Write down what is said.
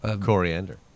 Coriander